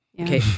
Okay